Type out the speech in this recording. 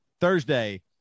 thursday